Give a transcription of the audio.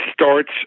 starts